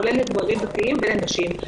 כולל לגברים דתיים ולנשים,